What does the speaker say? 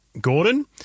Gordon